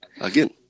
again